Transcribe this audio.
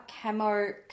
camo